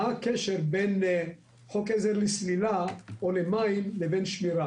מה הקשר בין חוק עזר לסלילה, או למים לבין שמירה?